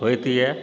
होइत यऽ